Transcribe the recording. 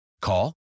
Call